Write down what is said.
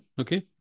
Okay